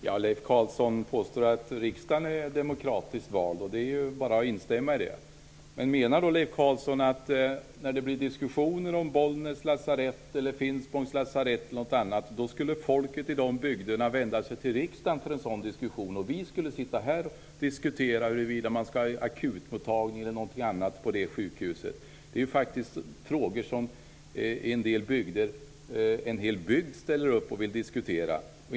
Herr talman! Leif Carlson påstår att riksdagen är demokratiskt vald. Det är bara att instämma i det. Men menar Leif Carlson att folket i bygderna skall vända sig till riksdagen när det blir diskussioner om Bollnäs lasarett eller Finspångs lasarett? Sedan skulle vi sitta här och diskutera huruvida man skall ha akutmottagning eller någonting annat på det sjukhuset. Det är faktiskt frågor som en hel bygd ställer upp och vill diskutera.